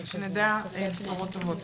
שנדע בשורות טובות.